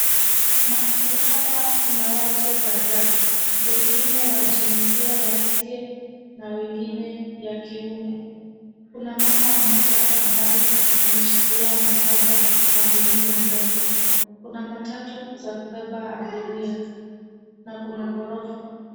Mahali hapa kuna watu kadhaa . Wengine wa jinsia ya kike na wengine ya kiume. Kuna mama mmoja ambaye ameshikilia mkoba na gunia ndogo. Kuna matatu za kubeba abiria na kuna ghorofa.